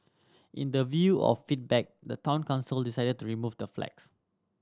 in the view of feedback the Town Council decided to remove the flags